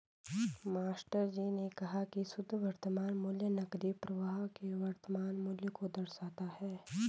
मास्टरजी ने कहा की शुद्ध वर्तमान मूल्य नकदी प्रवाह के वर्तमान मूल्य को दर्शाता है